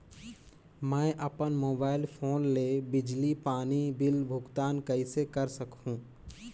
मैं अपन mobile phone ले बिजली पानी बिल भुगतान कइसे कर सकहुं?